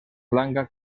blanca